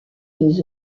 deux